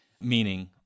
meaning